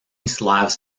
slavs